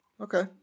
Okay